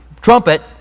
trumpet